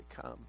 come